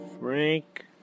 Frank